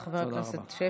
תודה רבה, חבר הכנסת שפע.